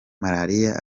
malariya